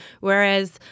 whereas